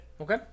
Okay